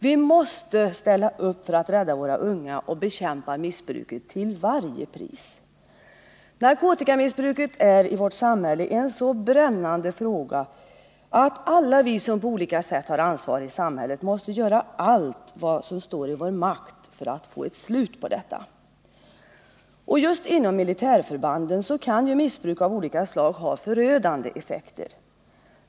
Vi måste ställa upp för att rädda våra unga och till varje pris bekämpa missbruket. Narkotikamissbruket är i vårt samhälle en så brännande fråga att alla vi som på olika sätt har ansvar i samhället måste göra allt vad som står i vår makt för att få ett slut på detta. Just inom militärförbanden kan ju missbruk av skilda slag ha förödande effekter.